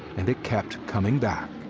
and it kept coming back.